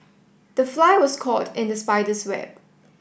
the fly was caught in the spider's web